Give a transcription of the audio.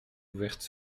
ouvertes